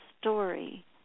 story